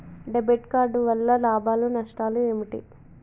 Debit card వల్ల లాభాలు నష్టాలు ఏమిటి?